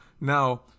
now